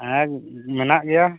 ᱦᱮᱸ ᱢᱮᱱᱟᱜ ᱜᱮᱭᱟ